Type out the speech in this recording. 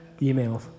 Emails